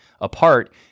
apart